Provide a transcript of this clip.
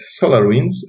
SolarWinds